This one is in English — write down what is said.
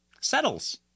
settles